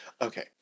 okay